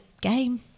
game